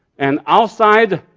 and outside